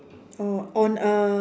oh on uh